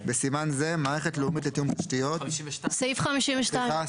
בסימן זה - "מערכת לאומית לתיאום תשתיות" --- אנחנו בסעיף 52. סליחה,